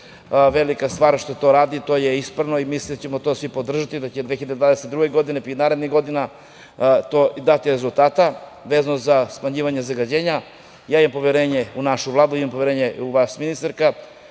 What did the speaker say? Velika stvar je što se to radi. Mislim da je to ispravno i mislim da ćemo to svi podržati, da će 2022. godine i narednih godina to dati rezultate vezano za smanjivanje zagađenja. Ja imam poverenje u našu Vladu, imam poverenje u vas, ministarka,